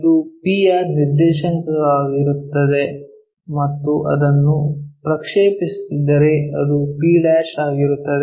ಇದು P ಯ ನಿರ್ದೇಶಾಂಕಗಳಾಗಿರುತ್ತದೆ ಮತ್ತು ಅದನ್ನು ಪ್ರಕ್ಷೇಪಿಸುತ್ತಿದ್ದರೆ ಅದು p ಆಗಿರುತ್ತದೆ